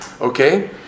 okay